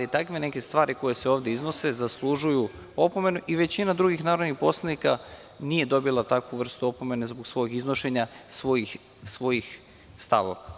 Ali, takve neke stvari koje se ovde iznose zaslužuju opomenu i većina drugih narodnih poslanika nije dobila takvu vrstu opomene zbog svog iznošenja svojih stavova.